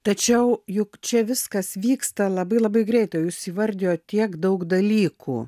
tačiau juk čia viskas vyksta labai labai greitai o jūs įvardijot tiek daug dalykų